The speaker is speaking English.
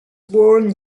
born